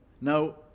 Now